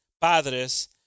padres